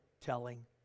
telling